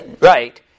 Right